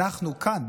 אנחנו כאן,